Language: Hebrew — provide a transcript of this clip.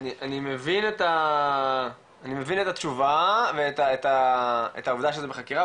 אני מבין את התשובה ואת העובדה שזה בחקירה,